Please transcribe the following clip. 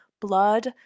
blood